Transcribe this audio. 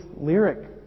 Lyric